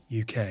UK